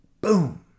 boom